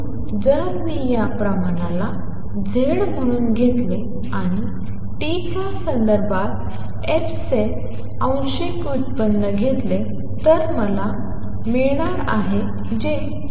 म्हणून जर मी या प्रमाणाला z म्हणून घेतले आणि t च्या संदर्भात f चे आंशिक व्युत्पन्न घेतले तर मला dfdz∂z∂t मिळणार आहे जे dfdz